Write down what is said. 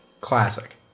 Classic